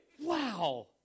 Wow